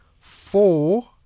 four